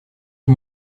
все